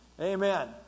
Amen